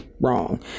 wrong